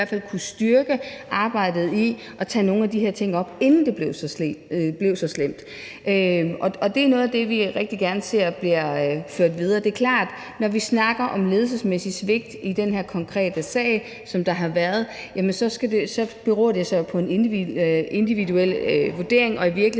i hvert fald have kunnet styrke arbejdet med at tage nogle af de her ting op, inden det blev så slemt. Det er noget af det, vi rigtig gerne ser bliver ført videre. Det er klart, at når vi snakker om et ledelsesmæssigt svigt i den her konkrete sag, der har været, så beror sagen på en individuel vurdering og i virkeligheden